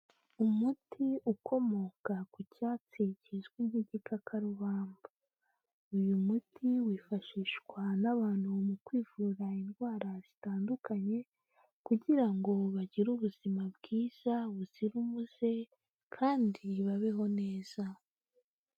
Umuti ukomoka ku cyatsi kizwi nk'igikakarubamba, uyu muti wifashishwa n'abantu mu kwivura indwara zitandukanye kugira ngo bagire ubuzima bwiza buzira umuze, kandi babeho neza.